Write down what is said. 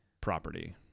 property